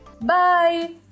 Bye